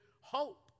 hope